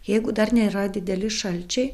jeigu dar nėra dideli šalčiai